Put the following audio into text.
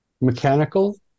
Mechanical